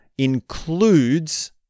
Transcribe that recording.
includes